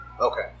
Okay